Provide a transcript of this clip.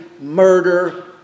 murder